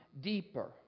deeper